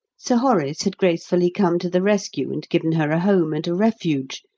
sir horace had gracefully come to the rescue and given her a home and a refuge,